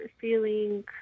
feeling